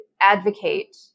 advocate